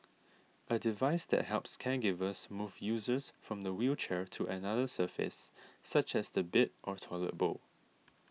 a device that helps caregivers move users from the wheelchair to another surface such as the bed or toilet bowl